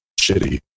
shitty